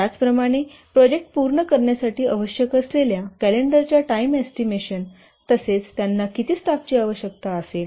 त्याचप्रमाणे प्रोजेक्ट पूर्ण करण्यासाठी आवश्यक असलेल्या कॅलेंडरच्या टाईम एस्टिमेशन तसेच त्यांना किती स्टाफची आवश्यकता असेल